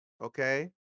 okay